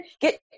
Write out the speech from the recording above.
get